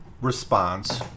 response